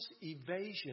evasion